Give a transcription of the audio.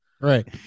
Right